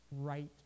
right